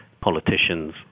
politicians